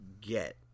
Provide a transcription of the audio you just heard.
get